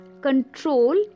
control